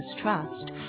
Trust